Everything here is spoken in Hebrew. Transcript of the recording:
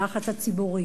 וללחץ הציבורי.